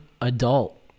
adult